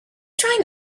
trying